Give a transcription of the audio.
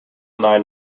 nine